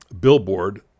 billboard